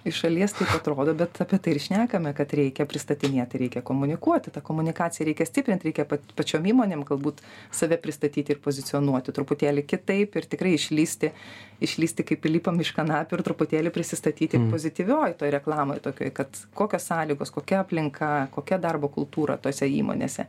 iš šalies atrodo bet apie tai ir šnekame kad reikia pristatinėt reikia komunikuot tą komunikaciją reikia stiprint reikia pačiom įmonėms galbūt save pristatyt ir pozicionuoti truputėlį kitaip ir tikrai išlįsti išlįsti kaip pilypam iš kanapių ir truputėlį prisistatyti pozityvioj toj reklamoj tokioj kad kokios sąlygos kokia aplinka kokia darbo kultūra tose įmonėse